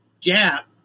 gap